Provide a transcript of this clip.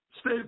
stay